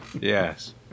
yes